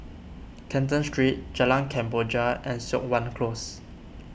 Canton Street Jalan Kemboja and Siok Wan Close